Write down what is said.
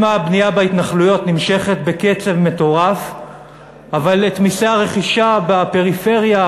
אם הבנייה בהתנחלויות נמשכת בקצב מטורף אבל את מסי הרכישה בפריפריה,